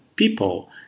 People